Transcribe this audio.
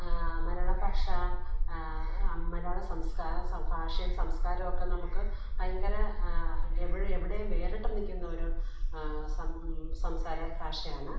മലയാള ഭാഷ മലയാള സംസ്കാര സ ഭാഷയും സംസ്കാരവും ഒക്കെ നമുക്ക് ഭയങ്കര എവട് എവിടെയും വേറിട്ട് നിൽക്കുന്ന ഒരു സംസാര ഭാഷയാണ്